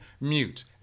mute